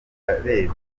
narebye